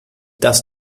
das